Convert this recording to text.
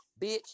bitch